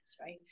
right